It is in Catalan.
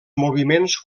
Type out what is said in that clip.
moviments